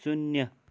शून्य